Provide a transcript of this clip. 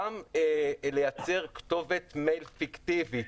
לייצר כתובת מייל פיקטיבית.